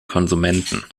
konsumenten